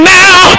now